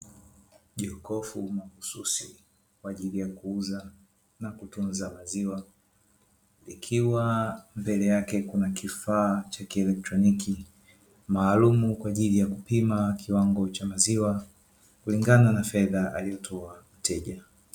Jokofu mahususi kwaajili ya kuuza na kutunza maziwa, likiwa mbele yake kuna kifaa cha kielektroniki maalumu kwaajili ya kupima kiwango cha maziwa kulingana na fedha aliyotoa mteja.